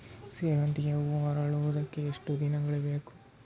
ಸೇವಂತಿಗೆ ಹೂವು ಅರಳುವುದು ಎಷ್ಟು ದಿನಗಳು ಬೇಕು?